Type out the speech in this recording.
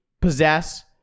possess